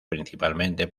principalmente